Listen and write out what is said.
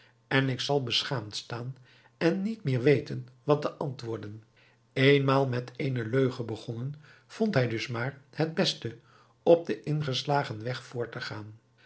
en ik zal beschaamd staan en niet meer weten wat te antwoorden éénmaal met eene leugen begonnen vond hij dus maar het beste op den ingeslagen weg voort te gaan